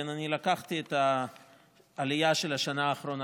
לקחתי את העלייה של השנה האחרונה,